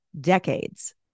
decades